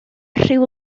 rhyw